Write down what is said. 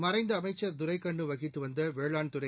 மறைந்தஅமைச்ச் துரைக்கண்ணுவகித்துவந்தவேளாண் துறை